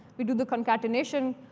we do the concatenation.